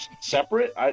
separate